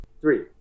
Three